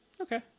Okay